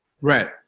Right